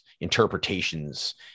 interpretations